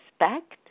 respect